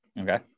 Okay